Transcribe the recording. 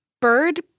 bird